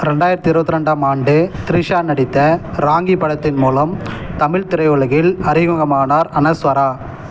ரெண்டாயிரத்தி இருபத்ரெண்டாம் ஆண்டு த்ரிஷா நடித்த ராங்கி படத்தின் மூலம் தமிழ் திரையுலகில் அறிமுகமானார் அனஸ்வரா